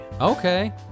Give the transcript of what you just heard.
Okay